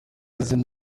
izina